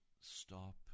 stop